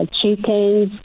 chickens